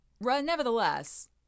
nevertheless